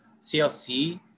CLC